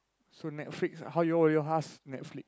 so Netflix how will you all Netflix